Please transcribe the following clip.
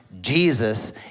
Jesus